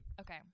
Okay